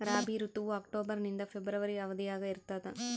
ರಾಬಿ ಋತುವು ಅಕ್ಟೋಬರ್ ನಿಂದ ಫೆಬ್ರವರಿ ಅವಧಿಯಾಗ ಇರ್ತದ